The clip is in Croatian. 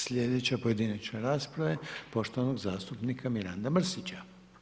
Slijedeća pojedinačne rasprave, poštovanog zastupnika Miranda Mrsića.